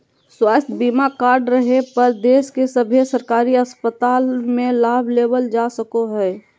स्वास्थ्य बीमा कार्ड रहे पर देश के सभे सरकारी अस्पताल मे लाभ लेबल जा सको हय